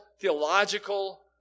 theological